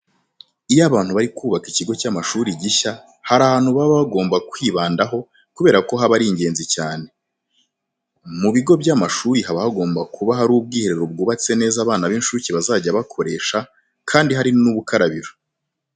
Iyo abantu bari kubaka ikigo cy'amashuri gishya hari ahantu baba bagomba kwibandaho kubera ko haba ari ingenzi cyane. Mu bigo by'amashuri haba hagomba kuba hari ubwiherero bwubatse neza abana b'incuke bazajya bakoresha kandi hari n'ubukarabiro.